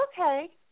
okay